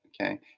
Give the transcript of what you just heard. Okay